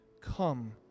Come